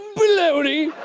baloney!